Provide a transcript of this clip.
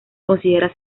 considera